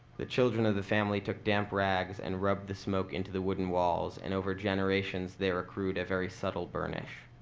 the children of the family took damp rags and rubbed the smoke into the wooden walls. and over generations, they accrued a very subtle burnish.